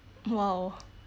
!wow!